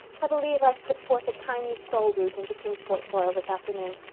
i believe i've put forth a tiny soul-root into kingsport soil this afternoon.